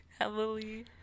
heavily